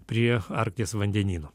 prie arkties vandenyno